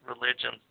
religions